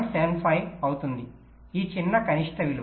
75 అవుతుంది ఈ చిన్న కనిష్ట విలువ